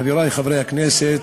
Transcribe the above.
חברי חברי הכנסת,